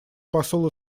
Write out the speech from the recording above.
посол